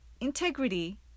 integrity